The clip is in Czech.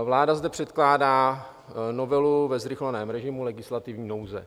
Vláda zde předkládá novelu ve zrychleném režimu legislativní nouze.